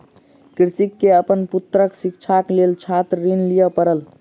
कृषक के अपन पुत्रक शिक्षाक लेल छात्र ऋण लिअ पड़ल